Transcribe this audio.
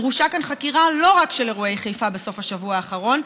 דרושה כאן חקירה לא רק של אירועי חיפה בסוף השבוע האחרון,